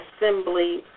assembly